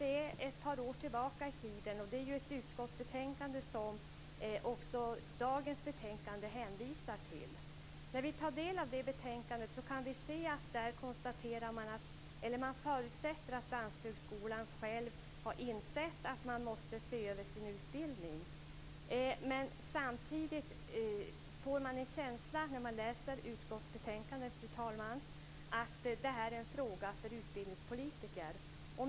Det är ett par år tillbaka i tiden. Det är ett utskottsbetänkande som också dagens betänkande hänvisar till. När vi tar del av utskottets betänkande kan vi se att man där förutsätter att Danshögskolan själv har insett att den måste se över sin utbildning. Samtidigt får man en känsla när man läser utskottsbetänkandet att det är en fråga för utbildningspolitiker.